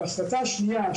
ההחלטה השנייה,